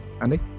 Andy